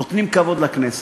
נותנים כבוד לכנסת.